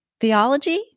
theology